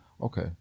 Okay